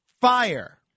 fire